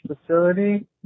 facility